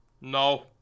No